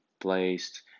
placed